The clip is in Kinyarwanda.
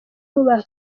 kubaha